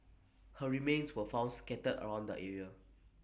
her remains were found scattered around the area